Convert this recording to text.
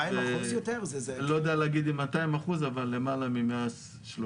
אני לא יודע להגיד אם 200% אבל למעלה מ-130%-150%.